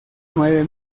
nueve